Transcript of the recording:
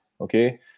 okay